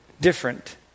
different